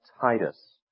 Titus